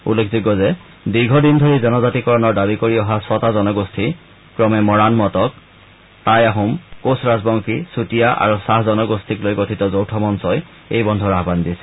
উল্লেখযোগ্য যে দীৰ্ঘ দিন ধৰি জনজাতিকৰণৰ দাবী কৰি অহা ছটা জনগোষ্ঠী ক্ৰমে মৰাণ মটক টাই আহোম কোচ ৰাজবংশী চুতীয়া আৰু চাহ জনগোষ্ঠীক লৈ গঠিত যৌথ মঞ্চই এই বন্ধৰ আহান দিছে